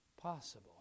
possible